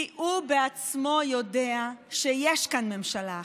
כי הוא בעצמו יודע שיש כאן ממשלה אחרת,